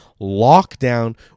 lockdown